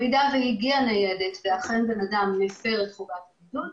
אם הגיעה ניידת ובן אדם אכן הפר את חובת הבידוד,